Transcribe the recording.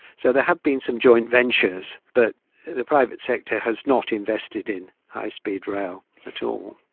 so there have been some joint ventures, but the private sector has not invested in high speed rail at all.